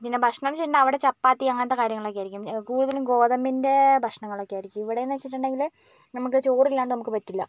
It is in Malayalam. പിന്നെ ഭക്ഷണമെന്ന് വെച്ചിട്ടുണ്ടെങ്കിൽ അവിടെ ചപ്പാത്തി അങ്ങനത്തെ കാര്യങ്ങളൊക്കെയായിരിക്കും കൂടുതലും ഗോതമ്പിൻ്റെ ഭക്ഷണങ്ങളൊക്കെ ആയിരിക്കും ഇവിടെയെന്ന് വെച്ചിട്ടുണ്ടെങ്കിൽ നമുക്ക് ചോറില്ലാണ്ട് നമുക്ക് പറ്റില്ല